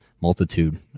multitude